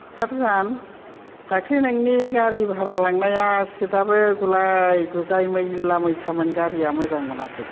थारजान दाखालै नोंनि गारि भारा लांनाया सित आबो गुलाय गुजाय मैला मैथामोन गारिया मोजां मोनाखै